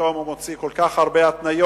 ופתאום הוא מוציא כל כך הרבה התניות,